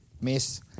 miss